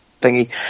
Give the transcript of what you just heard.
thingy